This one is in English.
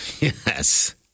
Yes